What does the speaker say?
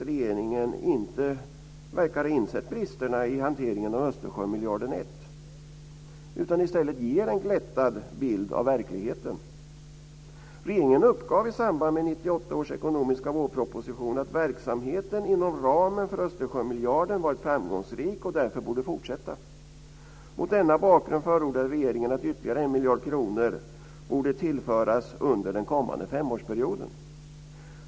Regeringen verkar ju inte ha insett bristerna i hanteringen av Östersjömiljarden 1 utan ger i stället en glättad bild av verkligheten. Regeringen uppgav i samband med 1998 års ekonomiska vårproposition att verksamheten inom ramen för Östersjömiljarden varit framgångsrik och därför borde fortsätta. Mot denna bakgrund förordar regeringen att ytterligare 1 miljard kronor borde tillföras under den kommande femårsperioden.